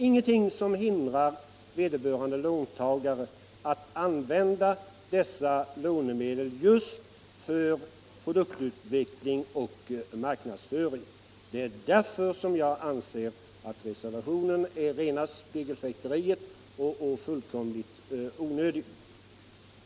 Ingenting hindrar vederbörande låntagare att använda dessa lånemedel just för produktutveckling och marknadsföring. Det är därför jag anser att reservationen är rena spegelfäkteriet och fullständigt onödig.